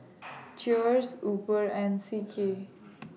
Cheers Uber and C K